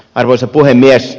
arvoisa puhemies